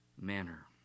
manner